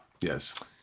Yes